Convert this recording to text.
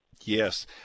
Yes